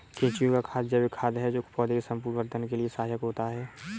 केंचुए का खाद जैविक खाद है जो पौधे के संपूर्ण वर्धन के लिए सहायक होता है